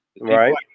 Right